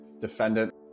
defendant